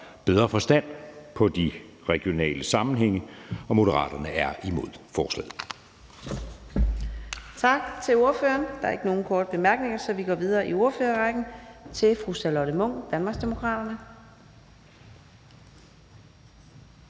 bedre forstand på de regionale sammenhænge, og Moderaterne er imod forslaget.